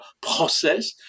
process